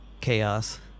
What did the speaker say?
chaos